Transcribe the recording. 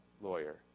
lawyer